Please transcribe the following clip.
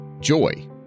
Joy